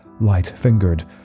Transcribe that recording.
light-fingered